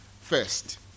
first